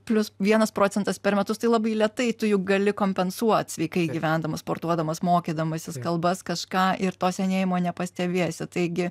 plius vienas procentas per metus tai labai lėtai tu juk gali kompensuot sveikai gyvendamas sportuodamas mokydamasis kalbas kažką ir to senėjimo nepastebėsi taigi